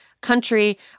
country